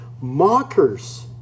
mockers